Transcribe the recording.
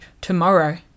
tomorrow